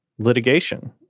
litigation